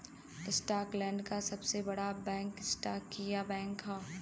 Scotland क सबसे बड़ा बैंक स्कॉटिया बैंक हौ